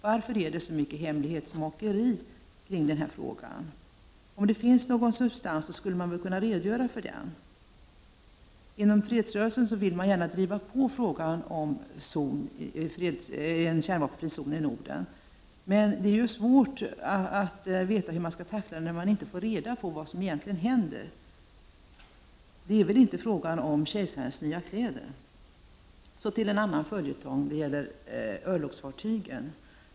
Varför är det så mycket hemlighetsmakeri kring denna fråga? Om det finns någon substans skulle man väl kunna redogöra för den. Inom fredsrörelsen vill man gärna driva på när det gäller frågan om en kärnvapenfri zon i Norden. Men det är svårt att veta hur man skall tackla det hela när man inte får reda på vad det är som egentligen händer — det är väl inte fråga om kejsarens nya kläder? Så till en annan följetong. Det gäller då örlogsfartygen.